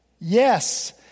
Yes